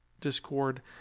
Discord